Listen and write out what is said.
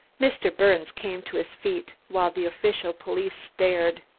mr. birnes came to his feet, while the official police stared.